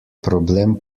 problem